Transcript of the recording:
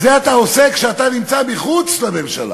זה אתה עושה כשאתה נמצא מחוץ לממשלה,